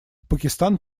пакистан